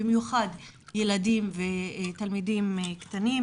במיוחד ילדים ותלמידים צעירים.